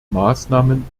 maßnahmen